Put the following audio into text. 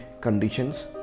conditions